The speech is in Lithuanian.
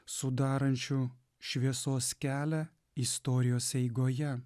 sudarančių šviesos kelią istorijos eigoje